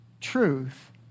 truth